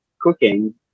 cooking